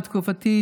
בתקופתי,